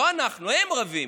לא אנחנו, הם רבים.